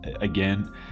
Again